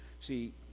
see